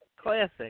Classic